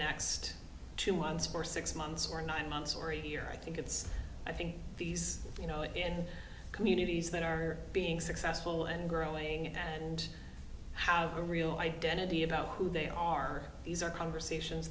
next two months or six months or nine months or a year i think it's i think these you know in communities that are being successful and growing and have a real identity about who they are these are conversations